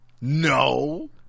No